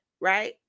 right